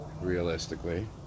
realistically